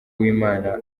w’imana